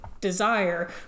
Desire